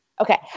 okay